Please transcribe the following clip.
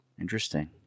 Interesting